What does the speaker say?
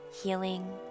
healing